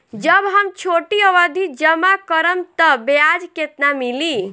जब हम छोटी अवधि जमा करम त ब्याज केतना मिली?